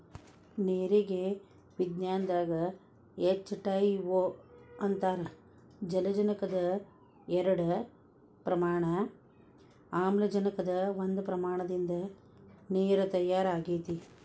ನೇರಿಗೆ ವಿಜ್ಞಾನದಾಗ H two O ಅಂತಾರ ಜಲಜನಕದ ಎರಡ ಪ್ರಮಾಣ ಆಮ್ಲಜನಕದ ಒಂದ ಪ್ರಮಾಣದಿಂದ ನೇರ ತಯಾರ ಆಗೆತಿ